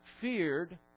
feared